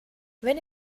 wenn